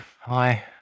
hi